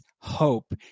hope